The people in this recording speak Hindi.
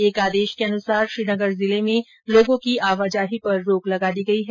एक आदेश के अनुसार श्रीनगर जिले में लोगों की आवाजाही पर रोक लगा दी गई है